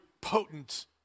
potent